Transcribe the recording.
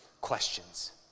questions